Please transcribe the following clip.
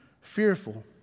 fearful